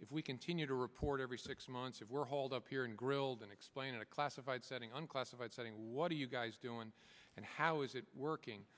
if we continue to report every six months of were hauled up here and grilled and explain in a classified setting on classified setting what do you guys doing and how is it working